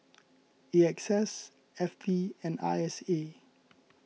A X S F T and I S A